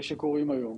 שקורים היום.